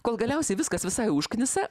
kol galiausiai viskas visai užknisa